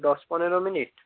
দশ পনেরো মিনিট